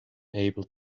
able